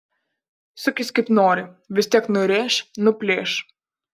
sukis kaip nori vis tiek nurėš nuplėš